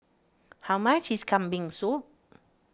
how much is Kambing Soup